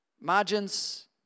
Margins